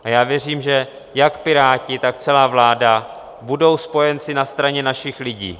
A já věřím, že jak Piráti, tak celá vláda budou spojenci na straně našich lidí.